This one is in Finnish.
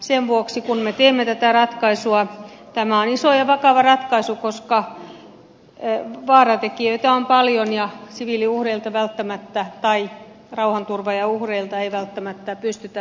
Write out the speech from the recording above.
sen vuoksi kun me teemme tätä ratkaisua on tiedostettava että tämä on iso ja vakava ratkaisu koska vaaratekijöitä on paljon ja siviiliuhreilta tai rauhanturvaajauhreilta ei välttämättä pystytä välttymään